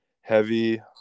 heavy